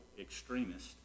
extremist